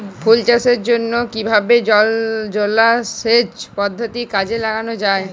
ফুল চাষের জন্য কিভাবে জলাসেচ পদ্ধতি কাজে লাগানো যাই?